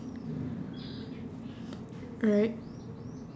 right